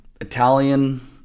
Italian